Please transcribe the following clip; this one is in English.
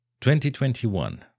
2021